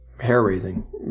hair-raising